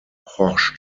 horst